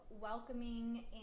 welcoming